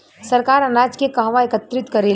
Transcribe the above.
सरकार अनाज के कहवा एकत्रित करेला?